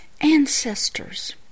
ancestors